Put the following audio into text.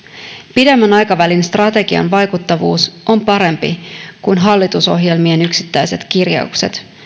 pidemmän aikavälin strategian vaikuttavuus on parempi kuin hallitusohjelmien yksittäiset kirjaukset